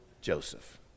Joseph